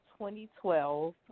2012